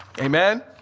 Amen